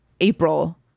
April